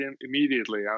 immediately